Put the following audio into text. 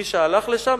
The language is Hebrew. מי שהלך לשם,